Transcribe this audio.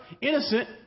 Innocent